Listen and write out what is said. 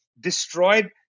destroyed